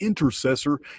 intercessor